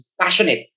passionate